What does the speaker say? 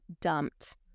dumped